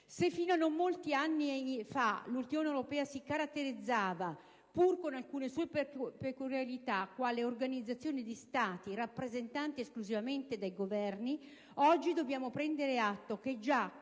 Se sino a non molti anni addietro l'Unione europea si caratterizzava, pur con alcune sue particolarità, quale organizzazione di Stati rappresentati esclusivamente dai Governi, oggi dobbiamo prendere atto che, già